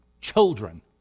children